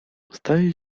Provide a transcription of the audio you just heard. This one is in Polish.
zdaje